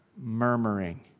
murmuring